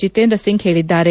ಜೀತೇಂದ್ರ ಸಿಂಗ್ ಹೇಳಿದ್ದಾರೆ